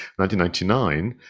1999